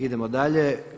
Idemo dalje.